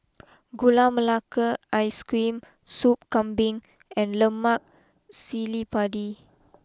Gula Melaka Ice cream Soup Kambing and Lemak Cili Padi